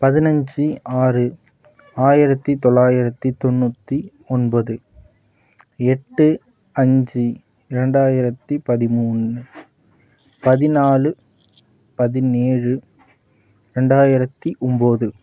பதினைஞ்சி ஆறு ஆயிரத்து தொள்ளாயிரத்தி தொண்ணூற்றி ஒன்பது எட்டு அஞ்சு இரண்டாயிரத்து பதிமூணு பதினாலு பதினேழு ரெண்டாயிரத்து ஒம்பது